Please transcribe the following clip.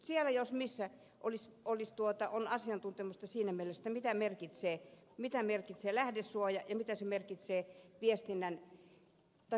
siellä jos missä on asiantuntemusta siinä mielessä mitä merkitsee lähdesuoja ja mitä se merkitsee sananvapaudelle